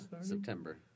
September